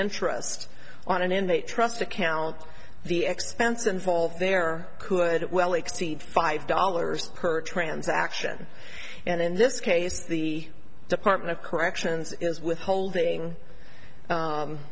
entrust on an inmate trust account the expense involved there could well exceed five dollars per transaction and in this case the department of corrections is withholding